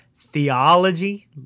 Theology